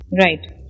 Right